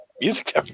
music